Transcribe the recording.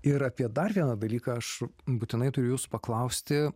ir apie dar vieną dalyką aš būtinai turiu jūsų paklausti